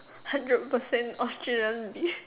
hundred percent Australian beef